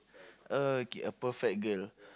okay a perfect girl